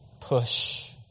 push